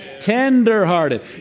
tenderhearted